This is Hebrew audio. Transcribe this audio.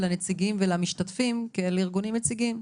לנציגים ולמשתתפים כאל ארגונים יציגים.